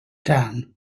down